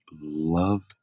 love